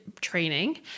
training